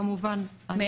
כמובן שהיד עוד נטויה.